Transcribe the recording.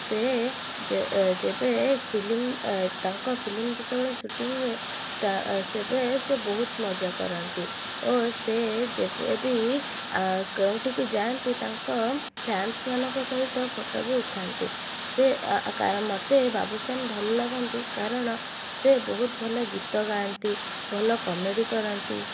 ସେ ଯେ ଯେବେ ଫିଲ୍ମ ତାଙ୍କ ଫିଲ୍ମ ଯେତେବେଳେ ସୁଟିଂ ହୁଏ ତା ସେବେ ସେ ବହୁତ ମଜା କରନ୍ତି ଓ ସେ ଯେବେବି କେଉଁଠିକି ଯାଆନ୍ତି ତାଙ୍କ ଫ୍ୟାନସ୍ ମାନଙ୍କ ସହିତ ଫଟୋ ବି ଉଠାନ୍ତି ସେ ଆ ଆ କା ରେ ମୋତେ ବାବୁଶାନ ଭଲ ଲାଗନ୍ତି କାରଣ ସେ ବହୁତ ଭଲ ଗୀତ ଗାଆନ୍ତି ଭଲ କମେଡ଼ି କରନ୍ତି